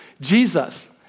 Jesus